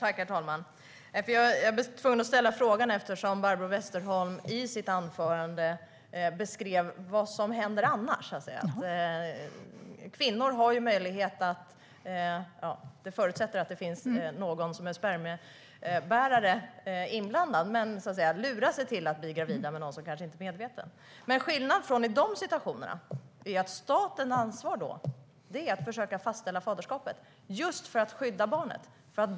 Herr talman! Jag var tvungen att ställa frågan eftersom Barbro Westerholm i sitt anförande beskrev vad som händer annars. Det förutsätter att det finns någon som är spermiebärare inblandad, men kvinnor kan lura sig till att bli gravida med någon som kanske inte är medveten om det. Men bortsett från sådana situationer, vad är då statens ansvar? Jo, det är att försöka fastställa faderskapet just för att skydda barnet.